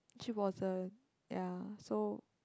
she wasn't ya so